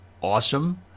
awesome